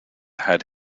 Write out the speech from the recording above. had